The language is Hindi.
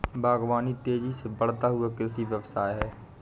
बागवानी तेज़ी से बढ़ता हुआ कृषि व्यवसाय है